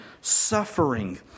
suffering